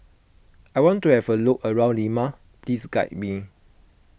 I want to have a look around Lima please guide me